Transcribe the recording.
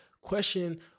question